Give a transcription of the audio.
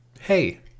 Hey